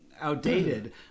outdated